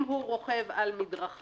אם הוא רוכב על מדרכה,